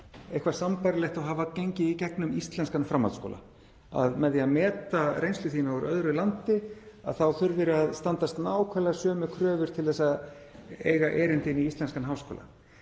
eitthvað sambærilegt og að hafa gengið í gegnum íslenskan framhaldsskóla, að þegar reynsla þín úr öðru landi er metin þá þurfir þú að standast nákvæmlega sömu kröfur til þess að eiga erindi inn í íslenskan háskóla.